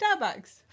Starbucks